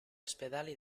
ospedali